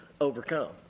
overcome